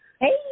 Hey